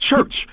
Church